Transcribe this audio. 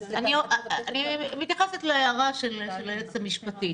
אני מתייחסת להערה של היועצת המשפטית,